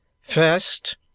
First